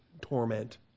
torment